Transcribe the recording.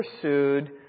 pursued